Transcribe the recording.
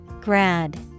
Grad